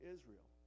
Israel